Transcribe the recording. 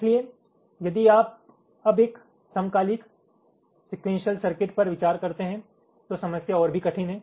इसलिए यदि आप अब एक समकालिक सिक़ुएंशल सर्किट पर विचार करते हैं तो समस्या और भी कठिन है